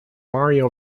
mario